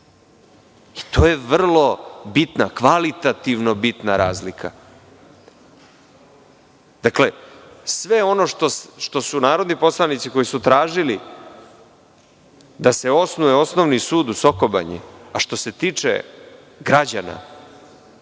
To je vrlo bitna, kvalitativno bitna razlika. Dakle, sve ono što su narodni poslanici tražili da se osnuje osnovni sud u Soko Banji, a što se tiče građana,